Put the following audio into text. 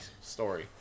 story